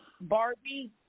Barbie